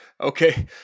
okay